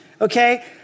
okay